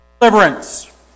deliverance